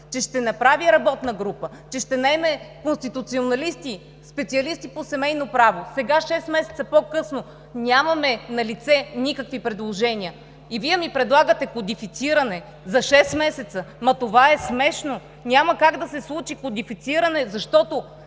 че ще направи работна група, че ще наеме конституционалисти, специалисти по семейно право. Сега, шест месеца по-късно, нямаме налице никакви предложения. И Вие ми предлагате кодифициране за шест месеца?! Това е смешно, няма как да се случи кодифициране, защото